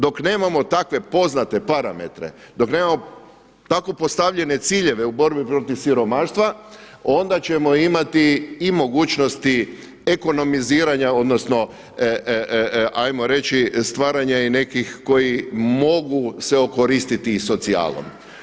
Dok nemamo takve poznate parametre, dok nemamo tako postavljene ciljeve u borbi protiv siromaštva, onda ćemo imati i mogućnosti ekonomiziranja, odnosno hajmo reći stvaranja i nekih koji mogu se okoristiti i socijalom.